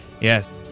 Yes